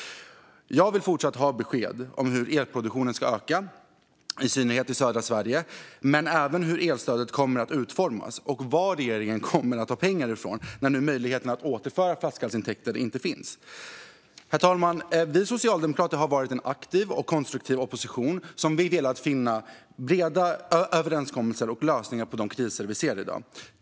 Jag vill fortfarande ha besked om hur elproduktionen ska öka, i synnerhet i södra Sverige, men även om hur elstödet kommer att utformas och varifrån regeringen kommer att ta pengar nu när möjligheten att återföra flaskhalsintäkter inte finns. Herr talman! Vi socialdemokrater har varit en aktiv och konstruktiv opposition som velat finna breda överenskommelser och lösningar på de kriser vi ser i dag.